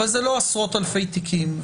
אבל זה לא עשרות אלפי תיקים,